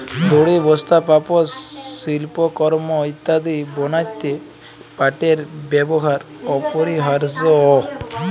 দড়ি, বস্তা, পাপস, সিল্পকরমঅ ইত্যাদি বনাত্যে পাটের ব্যেবহার অপরিহারয অ